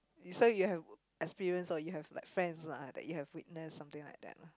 so you have experience or you have like friends lah that you have witness something like that lah